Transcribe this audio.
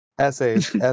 Essays